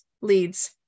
leads